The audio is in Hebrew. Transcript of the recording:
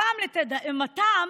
הפעם, לתדהמתם,